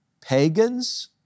pagans